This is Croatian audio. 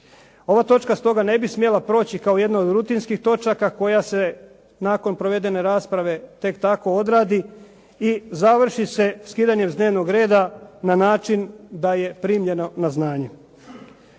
Ova točka stoga ne bi smjela proći kao jedna od rutinskih točaka koja se nakon provedene rasprave tek tako odradi i završi se skidanjem s dnevnog reda na način da je primljeno na znanje.